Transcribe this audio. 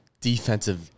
defensive